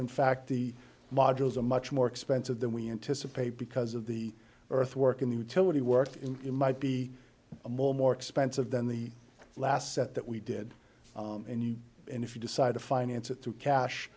in fact the modules are much more expensive than we anticipate because of the earth work in the utility work in it might be a more more expensive than the last set that we did and you and if you decide to finance it through